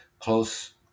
close